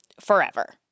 forever